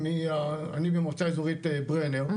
אני מהמועצה האזורית ברנר,